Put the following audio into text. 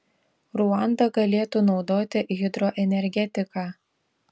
ruanda galėtų naudoti hidroenergetiką